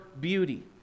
beauty